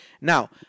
Now